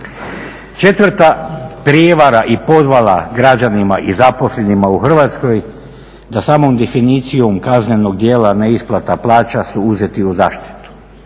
Četvrta prijevara i podvala građanima i zaposlenima u Hrvatsko … samom definicijom kaznenog djela neisplata plaća su uzeti u zaštitu